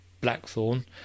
blackthorn